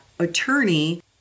attorney